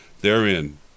therein